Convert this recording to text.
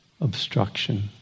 obstruction